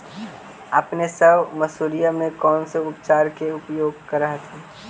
अपने सब मसुरिया मे कौन से उपचार के प्रयोग कर हखिन?